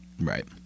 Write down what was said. Right